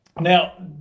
Now